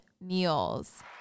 meals